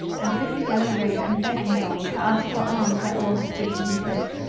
and took the yellow robe and begging-bowl to ask for alms where all had given him place,